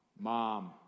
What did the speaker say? Mom